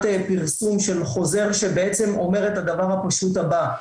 פרסום של חוזר שבעצם אומר את הדבר הפשוט הבא: